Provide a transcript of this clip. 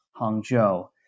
Hangzhou